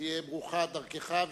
תהיה ברוכה דרכך,